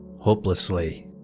hopelessly